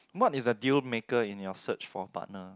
what is a deal maker in your search for a partner